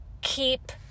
keep